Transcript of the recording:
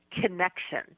connection